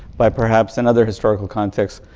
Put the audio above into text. by perhaps another historical context,